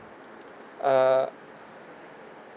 uh